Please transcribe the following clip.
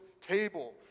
table